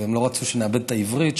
והם לא רצו שנאבד את העברית,